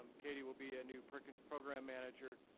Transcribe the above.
um katy will be a new perkins program manager,